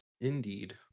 Indeed